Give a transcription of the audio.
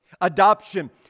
Adoption